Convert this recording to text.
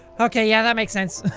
ok yeah that makes sense.